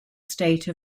state